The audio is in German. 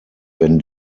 wenn